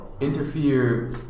interfere